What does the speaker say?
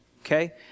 Okay